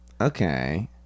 Okay